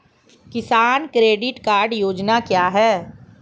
किसान credit card योजना क्या है?